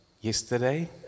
yesterday